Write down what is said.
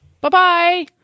Bye-bye